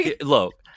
Look